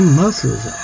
muscles